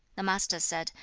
the master said,